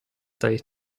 date